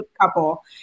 couple